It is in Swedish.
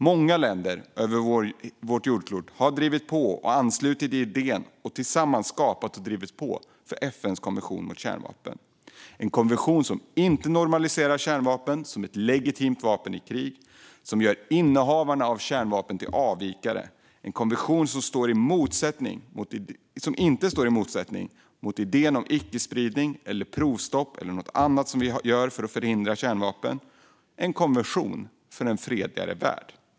Många länder över vårt jordklot har anslutit till den idén och tillsammans skapat och drivit på för FN:s konvention mot kärnvapen. Det är en konvention som inte normaliserar kärnvapen som ett legitimt vapen i krig, som gör innehavarna till avvikare och som inte står i motsättning till idén om icke-spridning, provstopp eller annat som vi gör för att förhindra kärnvapen. Det är en konvention för en fredligare värld.